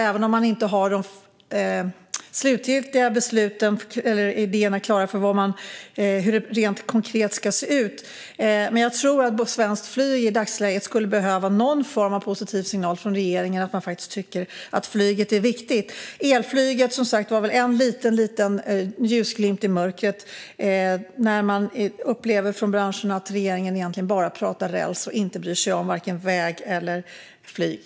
Även om man inte har de slutgiltiga idéerna klara om hur det ska se ut rent konkret tror jag att Svenskt Flyg i dagsläget skulle behöva någon form av positiv signal från regeringen om att man faktiskt tycker att flyget är viktigt. Elflyget är som sagt en liten ljusglimt i mörkret, men flygbranschen upplever att regeringen bara pratar räls och inte bryr sig om vare sig väg eller luft.